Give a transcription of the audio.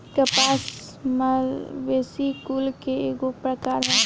कपास मालवेसी कुल के एगो प्रकार ह